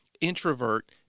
introvert